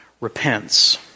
repents